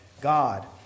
God